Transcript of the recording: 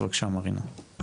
בבקשה, מרינה.